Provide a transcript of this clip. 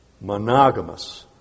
monogamous